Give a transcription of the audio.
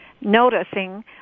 noticing